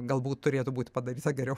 galbūt turėtų būti padaryta geriau